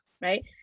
right